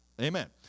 Amen